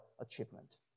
achievement